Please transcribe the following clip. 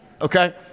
okay